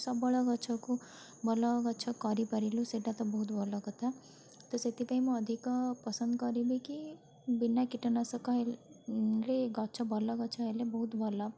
ସବଳ ଗଛକୁ ଭଲ ଗଛ କରିପାରିଲୁ ସେଇଟା ତ ବହୁତ ଭଲ କଥା ତ ମୁଁ ସେଥିପାଇଁ ଅଧିକ ପସନ୍ଦ କରିବି କି ବିନା କୀଟନାଶକରେ ଗଛ ଭଲ ଗଛ ହେଲେ ବହୁତ ଭଲ